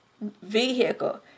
vehicle